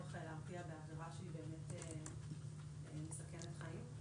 להרתיע בעבירה שהיא באמת מסכנת חיים.